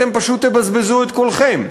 אתם פשוט תבזבזו את קולכם.